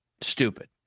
stupid